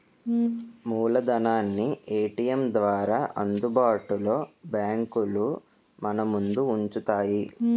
మూలధనాన్ని ఏటీఎం ద్వారా అందుబాటులో బ్యాంకులు మనముందు ఉంచుతాయి